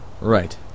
Right